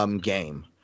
game